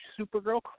Supergirl